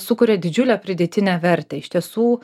sukuria didžiulę pridėtinę vertę iš tiesų